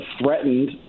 threatened